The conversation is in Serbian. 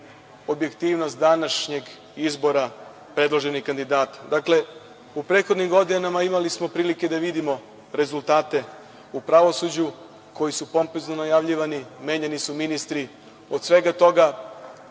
objektivnost današnjeg izbora predloženih kandidata.U prethodnim godinama imali smo prilike da vidimo rezultate u pravosuđu koji su pompezno najavljivani, menjani su ministri. Od svega toga